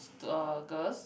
to uh girls